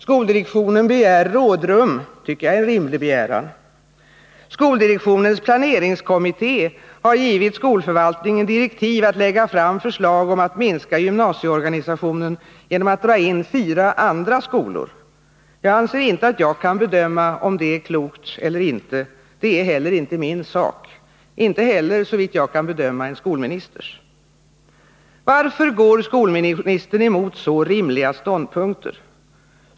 Skoldirektionen begär rådrum. Också det tycker jag är en rimlig begäran. Skoldirektionens planeringskommitté har givit skolförvaltningen direktiv att lägga fram förslag om att minska gymnasieorganisationen genom att dra in fyra andra skolor. Jag anser inte att jag kan bedöma om detta är klokt eller inte, och det är heller inte min sak. Inte heller är det, såvitt jag kan bedöma, skolministerns sak. Varför går skolministern emot så rimliga ståndpunkter?